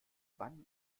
wann